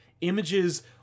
Images